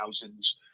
thousands